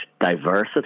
diversity